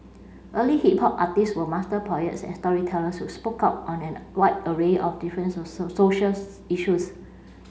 early hip hop artists were master poets and storytellers who spoke out on an wide array of difference social issues